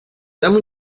dame